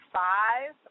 five